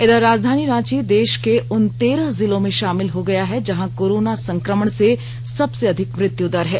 इधर राजधानी रांची देश के उन तेरह जिलों में शामिल हो गया है जहां कोरोना संक्रमण से सबसे अधिक मृत्यु दर है